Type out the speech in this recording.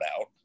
out